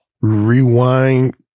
rewind